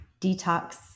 detox